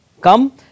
come